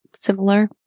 similar